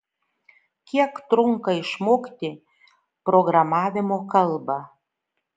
kiek trunka išmokti programavimo kalbą